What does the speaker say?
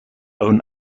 own